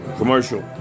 commercial